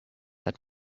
that